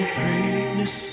greatness